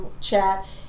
chat